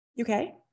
Okay